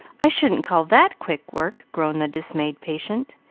i shouldn't call that quick work, groaned the dismayed patient,